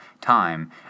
time